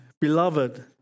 Beloved